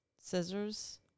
scissors